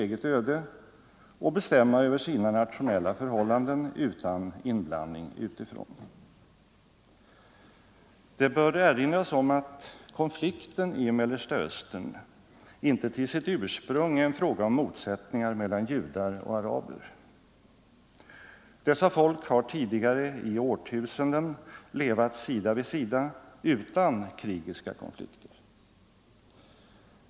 läget i eget öde och bestämma över sina nationella förhållanden utan iblandning Mellersta Östern, utifrån. Det bör erinras om att konflikten i Mellersta Östern inte till m.m. sitt ursprung är en fråga om motsättningar mellan judar och araber. Dessa folk har tidigare i årtusenden levat sida vid sida utan krigiska konflikter.